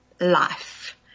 life